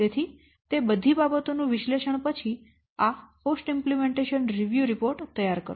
તેથી તે બધી બાબતોનું વિશ્લેષણ પછી આ પોસ્ટ અમલીકરણ સમીક્ષાના આધારે રિપોર્ટ તૈયાર કરો